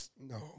No